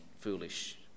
foolish